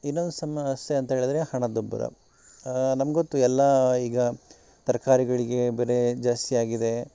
ಇನ್ನೊಂದು ಸಮಸ್ಯೆ ಅಂಥೇಳಿದ್ರೆ ಹಣದುಬ್ಬರ ನಮ್ಗೊತ್ತು ಎಲ್ಲ ಈಗ ತರಕಾರಿಗಳಿಗೆ ಬೆಲೆ ಜಾಸ್ತಿಯಾಗಿದೆ